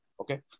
Okay